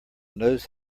knows